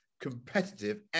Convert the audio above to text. competitive